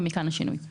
ומכאן השינוי.